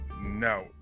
No